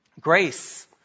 Grace